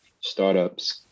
startups